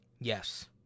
yes